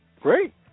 Great